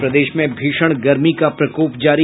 और प्रदेश में भीषण गर्मी का प्रकोप जारी